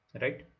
Right